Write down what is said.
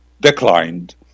declined